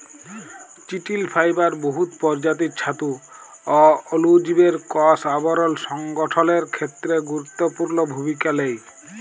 চিটিল ফাইবার বহুত পরজাতির ছাতু অ অলুজীবের কষ আবরল সংগঠলের খ্যেত্রে গুরুত্তপুর্ল ভূমিকা লেই